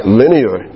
linear